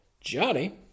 Johnny